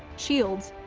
shields,